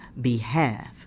behalf